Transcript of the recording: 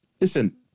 listen